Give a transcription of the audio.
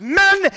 men